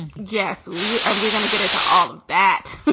and yes and we're gonna get into all of that,